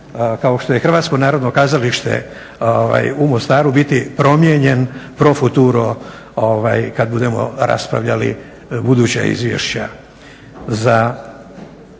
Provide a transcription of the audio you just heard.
kao što je Hrvatsko Narodno Kazalište u Mostaru biti promijenjen profuturo kada budemo raspravljali buduća izvješća za prošlu